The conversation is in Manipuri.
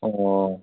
ꯑꯣ